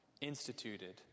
instituted